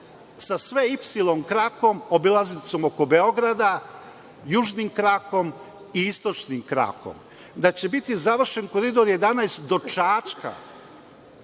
sa sve ipsilon krakom, obilaznicom oko Beograda, južnim krakom i istočnim krakom; da će biti završen Koridor 11 do Čačka,